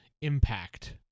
impact